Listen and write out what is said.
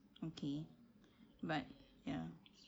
okay but ya